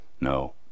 no